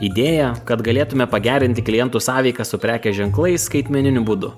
idėja kad galėtume pagerinti klientų sąveiką su prekės ženklais skaitmeniniu būdu